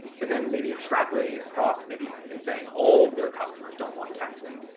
but then maybe extrapolating across maybe in saying all of their customers don't want texting.